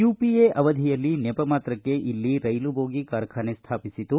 UPA ಅವದಿಯಲ್ಲಿ ನೆಪ ಮಾತ್ರಕ್ಕೆ ಇಲ್ಲಿ ರೈಲು ಬೋಗಿ ಕಾರ್ಖಾನೆ ಸ್ಥಾಪಿಸಿತು